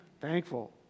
Thankful